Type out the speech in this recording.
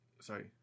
Sorry